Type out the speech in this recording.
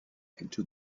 into